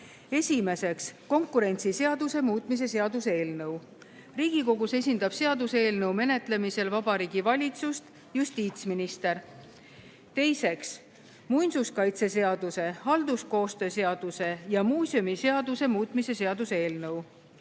Esimeseks, konkurentsiseaduse muutmise seaduse eelnõu. Riigikogus esindab seaduseelnõu menetlemisel Vabariigi Valitsust justiitsminister. Teiseks, muinsuskaitseseaduse, halduskoostöö seaduse ja muuseumiseaduse muutmise seaduse eelnõu.